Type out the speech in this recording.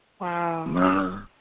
Wow